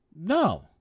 No